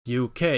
UK